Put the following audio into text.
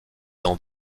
dans